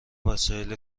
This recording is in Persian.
وسایل